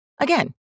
Again